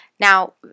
Now